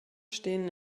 stehen